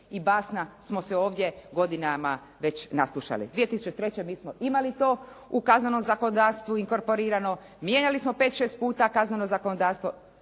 i basna smo se ovdje godinama naslušali. 2003. mi smo imali to u kaznenom zakonodavstvu inkorporirano, mijenjali smo 5, 6 puta kazneno zakonodavstvo,